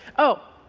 oh,